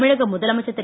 தமிழக முதலமைச்சர் திரு